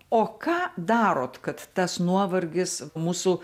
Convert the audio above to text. o ką darot kad tas nuovargis mūsų